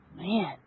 Man